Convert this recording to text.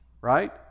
right